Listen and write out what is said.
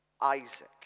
Isaac